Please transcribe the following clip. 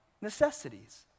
necessities